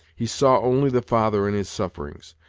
he saw only the father in his sufferings,